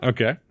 Okay